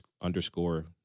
underscore